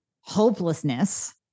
hopelessness